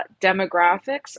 demographics